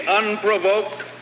unprovoked